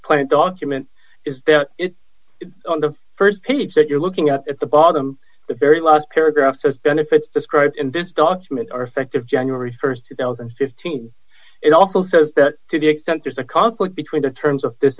point document is that it on the st page that you're looking at at the bottom the very last paragraph says benefits described in this document are effective january st two thousand and fifteen it also says that to the extent there's a conflict between the terms of this